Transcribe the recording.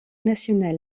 national